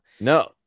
No